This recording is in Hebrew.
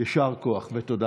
יישר כוח ותודה רבה.